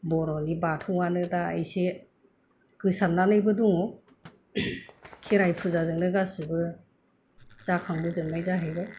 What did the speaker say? बर'नि बाथौआनो दा एसे गोसारनानैबो दङ खेराइ फुजाजोंनो गासिबो जाखांबोजोबनायबो जाहैबाय